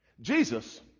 Jesus